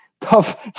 tough